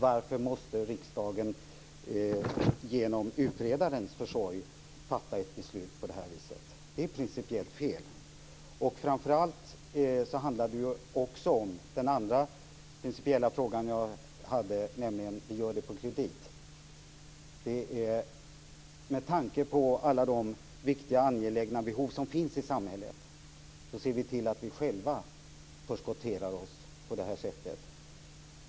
Varför måste riksdagen genom utredarens försorg fatta ett beslut på det här viset? Det är principiellt fel. Framför allt handlar det ju också om den andra principiella fråga jag hade, nämligen att vi gör det på kredit. Mot bakgrund av alla de viktiga och angelägna behov som finns i samhället ser vi till att själva förskottera oss på det här sättet.